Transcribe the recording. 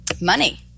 money